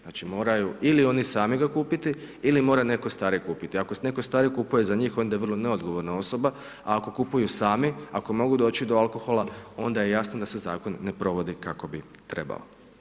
Znači moraju ili oni sami ga kupiti ili mora netko stariji kupiti, ako netko stari kupuje za njih onda je vrlo neodgovorna osoba, a ako kupuju sami, ako mogu doći do alkohola, onda je jasno da se zakon ne provodi kako bi trebalo.